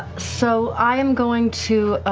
so i am going to